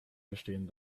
bestehen